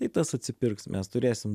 tai tas atsipirks mes turėsim